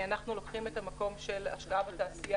אנחנו לוקחים את המקום של השקעה בתעשייה